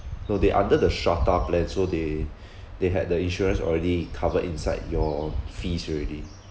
no they under the strata plan so they they had the insurance already covered inside your fees already